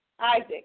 Isaac